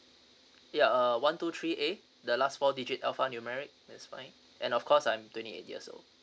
ya uh one two three eight the last four digit alphanumeric is fine and of course I'm twenty eight years old